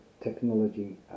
technology